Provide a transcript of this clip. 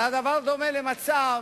הדבר דומה למצב